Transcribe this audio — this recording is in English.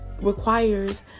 requires